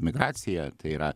migracija tai yra